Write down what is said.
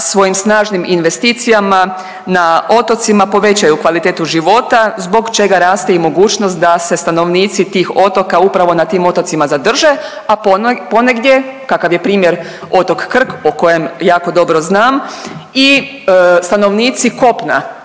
svojim snažnim investicijama na otocima povećaju kvalitetu života zbog čega raste i mogućnost da se stanovnici tih otoka upravo na tim otocima zadrže, a ponegdje kakav je primjer otok Krk o kojem jako dobro znam i stanovnici kopna,